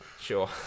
Sure